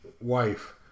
wife